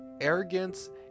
arrogance